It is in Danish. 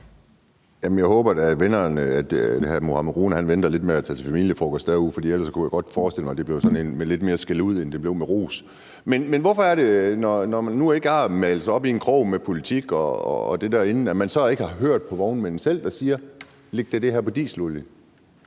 at hr. Mohammad Rona venter lidt med at tage til familiefrokost derude, for ellers kunne jeg godt forestille mig, at det blev sådan en med lidt mere skældud end ros. Men hvorfor er det, når man nu ikke har malet sig op i en krog politisk med det derinde, at man så ikke har hørt på vognmændene selv, der siger: Læg da det her på dieselolie?